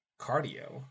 cardio